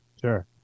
Sure